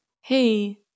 hey